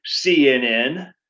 CNN